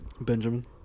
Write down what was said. Benjamin